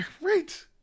Right